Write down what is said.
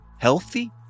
healthy